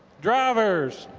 drivers,